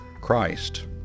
Christ